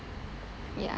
ya